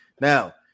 Now